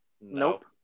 Nope